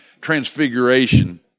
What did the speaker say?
transfiguration